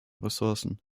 ressourcen